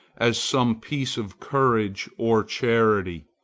as some piece of courage or charity,